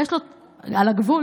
הגבול,